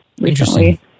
recently